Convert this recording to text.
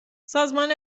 سازمان